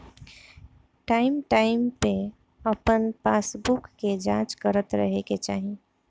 time time पे अपन passbook के जाँच करत रहे के चाही